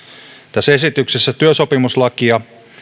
tässä esityksessä työsopimuslakia